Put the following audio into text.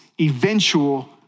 eventual